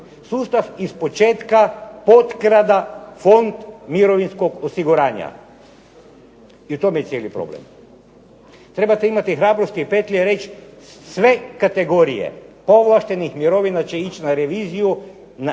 sustav ispočetka potkrada fond mirovinskog osiguranja i u tome je cijeli problem. Trebate imati hrabrosti i petlje reći sve kategorije povlaštenih mirovina će ići na reviziju, ne